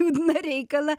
liūdną reikalą